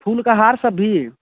फूल का हार सब भी